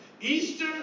Easter